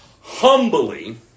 humbly